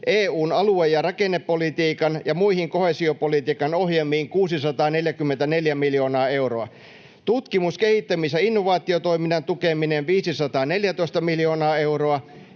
EU:n alue- ja rakennepolitiikan ja muihin koheesiopolitiikan ohjelmiin 644 miljoonaa euroa, tutkimus- kehittämis- ja innovaatiotoiminnan tukeminen 514 miljoonaa euroa,